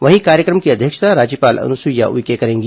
वहीं कार्यक्रम की अध्यक्षता राज्यपाल अनुसुईया उइके करेंगी